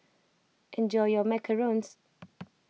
enjoy your Macarons